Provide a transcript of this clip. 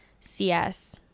CS